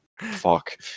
fuck